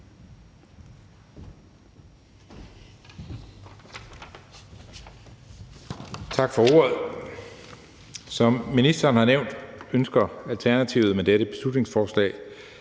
Tak for ordet. Som ministeren har nævnt, ønsker Alternativet med dette beslutningsforslag,